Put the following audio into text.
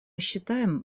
считаем